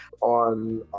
on